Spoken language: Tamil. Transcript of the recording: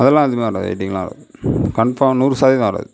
அதெலாம் எதுவுமே வராது வெயிடிங்ல்லாம் வராது கன்ஃபார்ம் நூறு சதவீதம் வராது